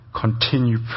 continue